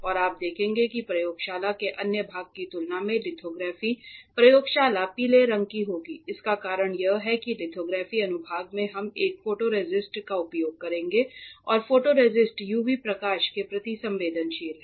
और आप देखेंगे कि प्रयोगशाला के अन्य भाग की तुलना में लिथोग्राफी प्रयोगशाला पीले रंग की होगी इसका कारण यह है कि लिथोग्राफी अनुभाग में हम एक फोटोरेसिस्ट का उपयोग करेंगे और फोटोरेसिस्ट UV प्रकाश के प्रति संवेदनशील है